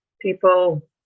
people